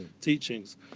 teachings